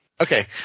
okay